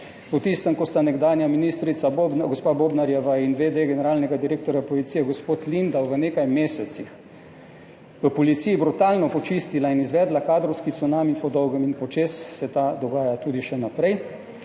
Po tistem, ko sta nekdanja ministrica gospa Bobnarjeva in v. d. generalnega direktorja policije gospod Lindav v nekaj mesecih v policiji brutalno počistila in izvedla kadrovski cunami po dolgem in počez, se ta dogaja tudi še naprej.